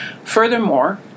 Furthermore